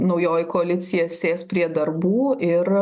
naujoji koalicija sės prie darbų ir